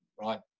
right